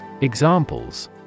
Examples